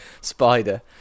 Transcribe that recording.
spider